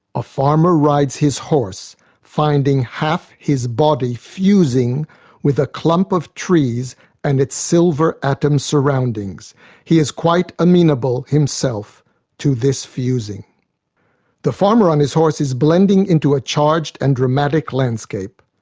a farmer rides his horse finding half his body fusing with a clump of trees and its silver-atom surroundings he is quite amenable himself to this fusing the farmer on his horse is blending into a charged and dramatic landscape.